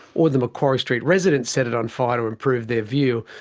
or the macquarie street residents set it on fire to improve their view.